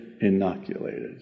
inoculated